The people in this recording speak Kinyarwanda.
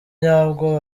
nyabwo